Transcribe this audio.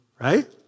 Right